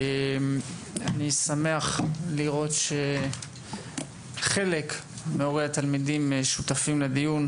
אני שמח לראות שחלק מהורי התלמידים שותפים לדיון,